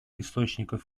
источников